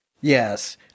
Yes